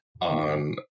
on